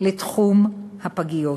לתחום הפגיות.